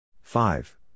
five